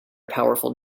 powerful